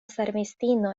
servistino